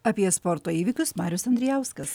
apie sporto įvykius marius andrijauskas